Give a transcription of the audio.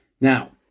Now